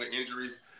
injuries